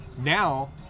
now